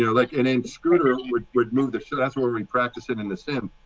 yeah like an inscrutable would would move the show. that's where we practice it in the senate.